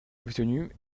obtenu